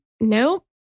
Nope